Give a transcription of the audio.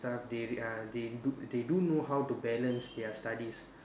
stuff they uh they do they do know how to balance their studies